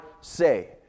say